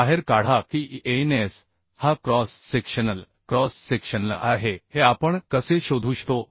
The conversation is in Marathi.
बाहेर काढा की Ans हा क्रॉस सेक्शनल आहे हे आपण कसे शोधू शकतो